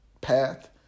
path